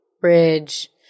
bridge